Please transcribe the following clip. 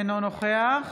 אינו נוכח